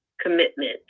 commitment